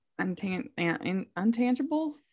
untangible